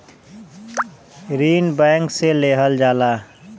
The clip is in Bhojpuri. ऋण बैंक से लेहल जाला